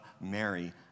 Mary